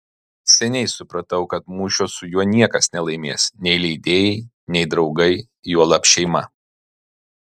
seniai supratau kad mūšio su juo niekas nelaimės nei leidėjai nei draugai juolab šeima